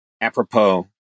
apropos